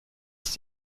ist